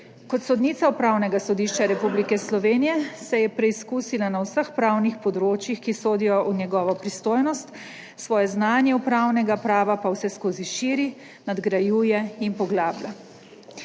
Kot sodnica Upravnega sodišča Republike Slovenije se je preizkusila na vseh pravnih področjih, ki sodijo v njegovo pristojnost, svoje znanje upravnega prava pa vseskozi širi, nadgrajuje in poglablja.